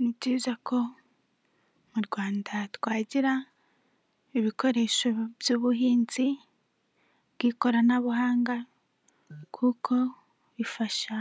Ni byiza ko mu Rwanda twagira ibikoresho by'ubuhinzi bw'ikoranabuhanga, kuko bifasha